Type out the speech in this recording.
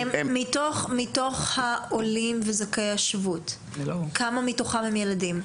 מתוך העולים וזכאי השבות, כמה מתוכם הם ילדים?